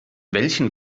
welchen